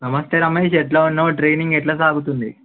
నమస్తే రమేష్ ఎలా ఉన్నావ్ ట్రైనింగ్ ఎలా సాగుతోంది